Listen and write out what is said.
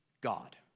God